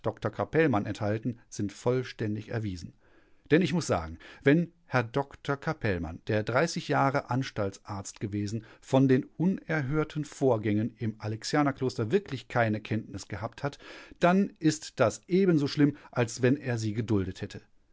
capellmann enthalten sind vollständig erwiesen denn ich muß sagen wenn herr dr capellmann der jahre anstaltsarzt gewesen von den unerhörten vorgängen im alexianerkloster wirklich keine kenntnis gehabt hat dann ist das ebenso schlimm als wenn er sie geduldet hätte